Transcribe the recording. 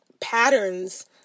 patterns